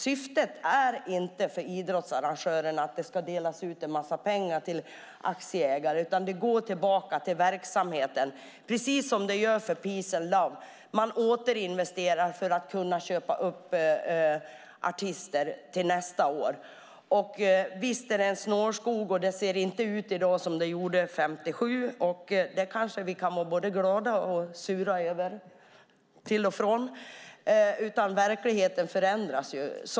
Syftet för idrottsarrangörerna är ju inte att det ska delas ut en massa pengar till aktieägare, utan pengarna går tillbaka till verksamheten, precis som de gör för Peace & Love, där man återinvesterar för att kunna köpa artister till nästa år. Visst är det en snårskog, och det ser inte ut i dag som det gjorde år 1957 - det kanske vi kan vara både glada och sura över - utan verkligheten förändras.